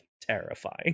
terrifying